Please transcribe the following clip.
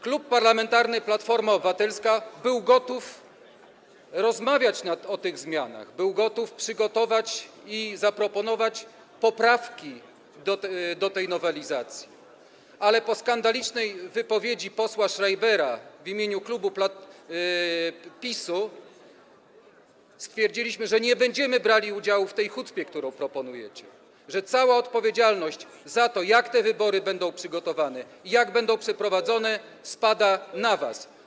Klub Parlamentarny Platforma Obywatelska był gotów rozmawiać o tych zmianach, był gotów przygotować i zaproponować poprawki do tej nowelizacji, ale po skandalicznej wypowiedzi posła Schreibera w imieniu klubu PiS-u stwierdziliśmy, że nie będziemy brali udziału w tej hucpie, którą proponujecie, że cała odpowiedzialność za to, jak te wybory będą przygotowane i jak będą przeprowadzone, spada na was.